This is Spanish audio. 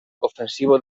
ofensivo